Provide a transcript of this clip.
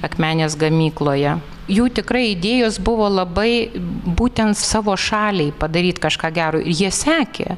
akmenės gamykloje jų tikrai idėjos buvo labai būtent savo šaliai padaryt kažką gero jie sekė